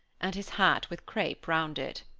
and his hat with crape round it.